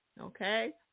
Okay